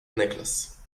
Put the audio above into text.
necklace